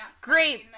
great